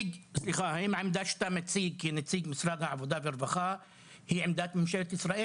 האם העמדה שאתה מציג כנציג משרד העבודה והרווחה היא עמדת ממשלת ישראל?